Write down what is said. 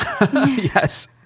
Yes